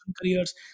careers